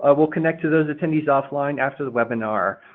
ah we'll connect to those attendees offline after the webinar.